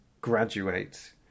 graduate